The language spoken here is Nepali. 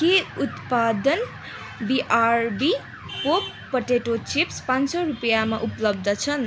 के उत्पादन बिआरबी पोप्ड पोटेटो चिप्स पाँच सय रुपियाँमा उप्लब्ध छन्